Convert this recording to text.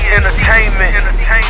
Entertainment